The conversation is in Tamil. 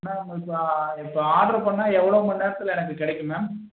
மேம் இப்போ இப்போ ஆர்டர் பண்ணா எவ்வளோ மணி நேரத்தில் எனக்கு கிடைக்கும் மேம்